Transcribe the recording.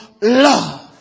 love